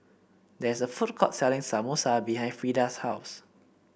there is a food court selling Samosa behind Freda's house